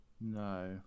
No